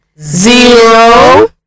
zero